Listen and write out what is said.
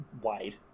wide